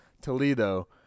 toledo